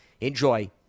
Enjoy